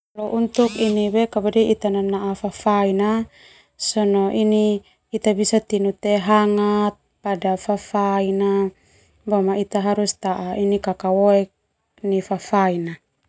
Kalau untuk ita nanaa fafaina sona ita tinu teh hangat fafaina boma itu harus taa kakau oek fafaina.